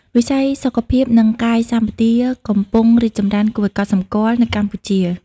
វិស័យសុខភាព និងកាយសម្បទាកំពុងរីកចម្រើនគួរឱ្យកត់សម្គាល់នៅកម្ពុជា។